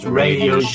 radio